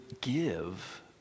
give